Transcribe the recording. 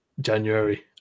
January